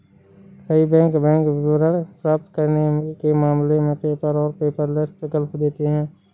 कई bank bank विवरण प्राप्त करने के मामले में पेपर और पेपरलेस विकल्प देते हैं